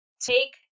take